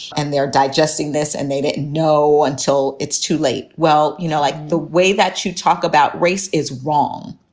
and they're digesting this and they don't know until it's too late. well, you know like, the way that you talk about race is wrong,